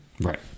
Right